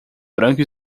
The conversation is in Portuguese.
branca